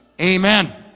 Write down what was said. amen